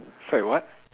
sorry what